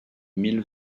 mille